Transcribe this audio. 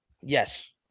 Yes